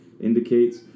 indicates